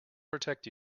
protect